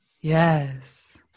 Yes